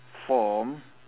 form